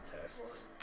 tests